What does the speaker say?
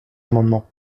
amendement